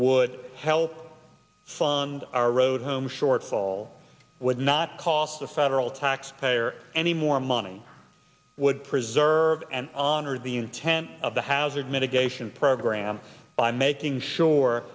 would help fund our road home shortfall would not cost the federal taxpayer any more money would preserve and honor the intent of the housing mitigation program by making sure